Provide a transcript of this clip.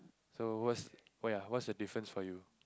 so what's oh ya what's the difference for you